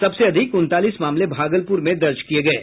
सबसे अधिक उनतालीस मामले भागलपुर में दर्ज किये गये